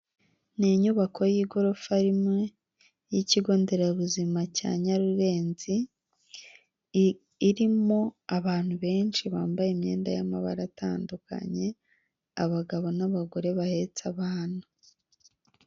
Ni inyubako y'igorofa rimwe y'ikigonderabuzima cya Nyarurenzi irimo abantu benshi bambaye imyenda y'amabara atandukanye abagabo n'abagore bahetse abana.